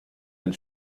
del